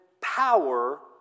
power